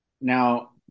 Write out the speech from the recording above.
Now